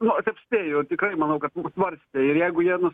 nu taip spėju tikrai manau kad svarstė ir jeigu jie nu